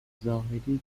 زاهدی